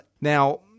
Now